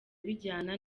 bijyana